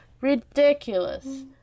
ridiculous